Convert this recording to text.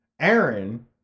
Aaron